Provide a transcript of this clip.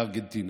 לארגנטינה.